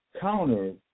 counter